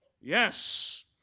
Yes